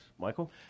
Michael